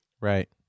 Right